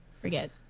forget